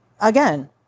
again